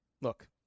look